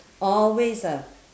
always ah